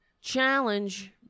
challenge